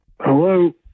hello